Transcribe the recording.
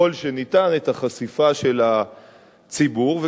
ככל שניתן את החשיפה של הציבור.